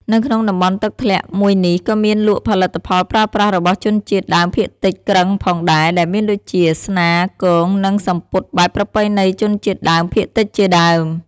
នៅក្នុងតំបន់ទឹកធ្លាក់មួយនេះ ក៏មានលក់ផលិតផលប្រើប្រាស់របស់ជនជាតិដើមភាគតិចគ្រឹងផងដែរ ដែលមានដូចជាស្នា គង និងសំពត់បែបប្រពៃណីជនជាតិដើមភាគតិចជាដើម។